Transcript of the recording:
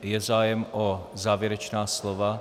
Je zájem o závěrečná slova?